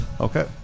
Okay